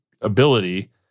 ability